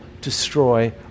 destroy